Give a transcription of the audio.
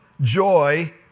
joy